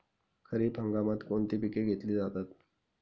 खरीप हंगामात कोणती पिके घेतली जातात?